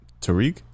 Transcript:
Tariq